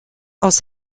aus